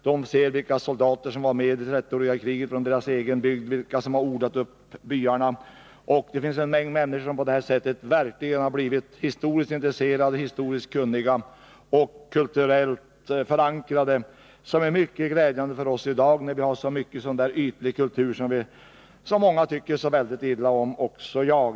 De ser vilka soldater som var med i trettioåriga kriget från deras egen bygd, vilka som har odlat upp bygderna. En mängd människor har på detta sätt blivit verkligt historiskt intresserade, kunniga och kulturellt förankrade, vilket är mycket glädjande när vi i dag har så mycket ytlig kultur som många tycker illa om, också jag.